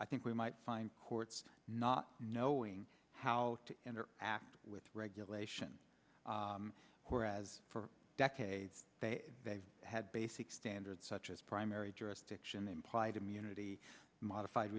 i think we might find courts not knowing how to act with regulation whereas for decades they've had basic standards such as primary jurisdiction implied immunity modified